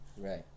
Right